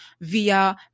via